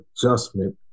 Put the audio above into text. adjustment